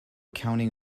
counting